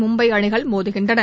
மும்பை அணிகள் மோதுகின்றன